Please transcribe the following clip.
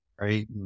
right